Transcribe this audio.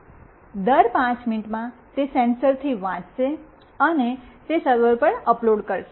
દર 5 મિનિટમાં તે સેન્સર્સથી વાંચશે અને તે સર્વર પર અપલોડ થશે